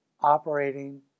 operating